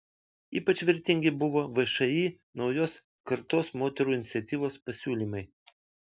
ypač vertingi buvo všį naujos kartos moterų iniciatyvos pasiūlymai